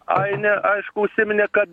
ainė aišku užsiminė kad